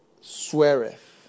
sweareth